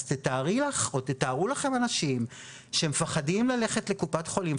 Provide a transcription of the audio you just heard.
אז תתארי לך או תתארו לכם אנשים שמפחדים ללכת לקופת החולים,